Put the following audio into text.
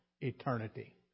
eternity